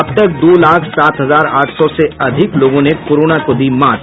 अब तक दो लाख सात हजार आठ सौ से अधिक लोगों ने कोरोना को दी मात